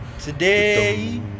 today